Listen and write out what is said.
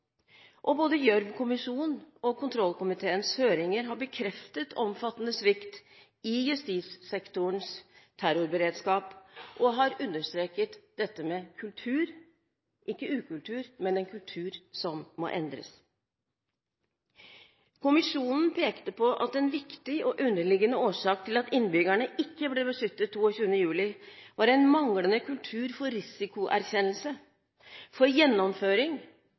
Både Gjørv-kommisjonen og kontrollkomiteens høringer har bekreftet omfattende svikt i justissektorens terrorberedskap og har understreket dette med en kultur – ikke ukultur – som må endres. Kommisjonen pekte på at en viktig og underliggende årsak til at innbyggerne ikke ble beskyttet 22. juli, var en manglende kultur for risikoerkjennelse, for gjennomføring